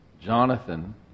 Jonathan